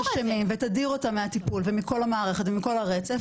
אשמים ותדיר אותם מהטיפול ומכל המערכת ומכל הרצף,